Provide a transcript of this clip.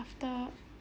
after